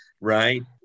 right